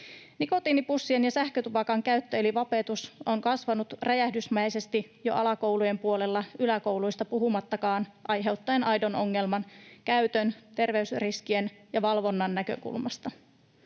Nikotiinipussien ja sähkötupakan käyttö, eli vapetus, on kasvanut räjähdysmäisesti jo alakoulujen puolella, yläkouluista puhumattakaan, aiheuttaen aidon ongelman käytön, terveysriskien ja valvonnan näkökulmasta.